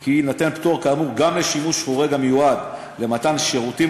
כי יינתן פטור כאמור גם לשימוש חורג המיועד למתן שירותים